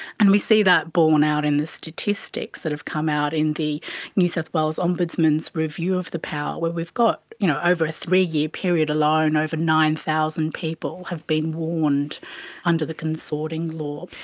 and we see that borne out in the statistics that have come out in the new south wales ombudsman's review of the power where we've got you know over a three-year period alone and over nine thousand people have been warned under the consorting law.